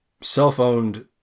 self-owned